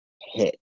hit